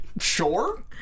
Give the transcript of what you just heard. sure